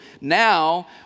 now